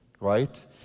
right